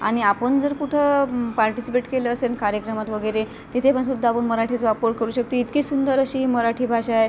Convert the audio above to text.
आणि आपण जर कुठं पार्टिसिपेट केलं असेन कार्यक्रमात वगैरे तिथे पण सुद्धा आपण मराठीचा वापर करू शकते इतकी सुंदर अशी मराठी भाषा आहे